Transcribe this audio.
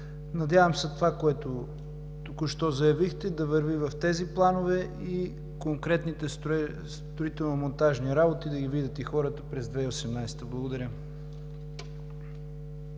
Надявам се това, което току-що заявихте, да върви в тези планове и конкретните строително-монтажни работи да ги видят и хората през 2018 г. Благодаря.